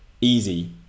easy